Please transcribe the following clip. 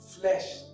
flesh